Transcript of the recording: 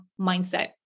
mindset